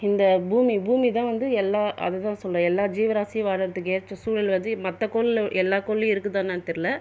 இந்த பூமி பூமிதான் வந்து எல்லா அது தான் சொல்கிறேன் எல்லா ஜீவராசி வாழ்கிறதுக்கு ஏற்ற சூழல் வந்து மற்ற கோளில் எல்லா கோள்லையும் இருக்குதான்னு தெரில